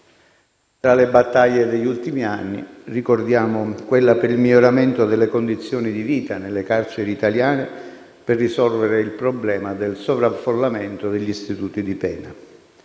Tra le battaglie degli ultimi anni, ricordiamo quella per il miglioramento delle condizioni di vita nelle carceri italiane e per risolvere il problema del sovraffollamento degli istituti di pena.